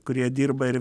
kurie dirba ir